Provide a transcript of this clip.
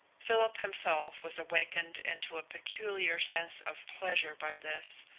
philip himself was awakened into a peculiar sense of pleasure by this,